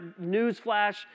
newsflash